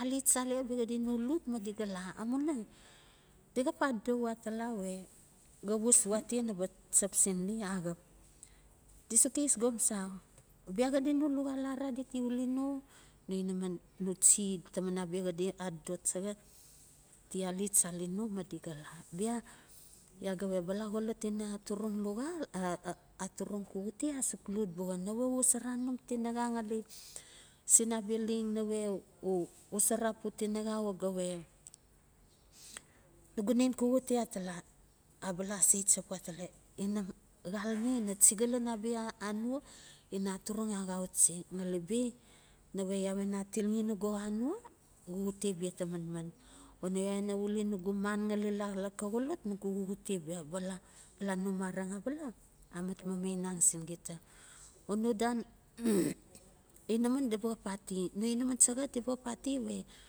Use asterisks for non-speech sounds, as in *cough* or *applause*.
alet chali abia xadi no lut ma di ga la amuina di xap adodo we atala we xa was we atia robo chap sin di axap. Di suk es gomsa, bia xadi no luxal arara di ti oli no, no inaman, no chi teman abia xadi adodo chaxo ti alet chalii no ma di ga la. Bia ya ga we bala xolot ina aturung luxa a aturung xuxute a suk lot buxa naweu xosora tinaxa ngali sin abia leng nawe u xosora tinaxa a ga we nugu nen xuxute atala abala se chap we atala ina xalame ina chiga chiga lan abia anua ina a turung axauchi ngali bi nawe ua we na atiixi nogo xa anua xuxute bia ta manman o nawe ya we na uli nugu man ngali la la xa xolot nugu xuxute bia, bala, bala no mareng abala a mat mamainang sin gita. Ono dan *noise* inaman di ba xap ati no inemen chaxa di ba xap ati we.